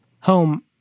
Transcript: home